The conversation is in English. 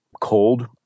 cold